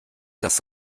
das